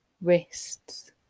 wrists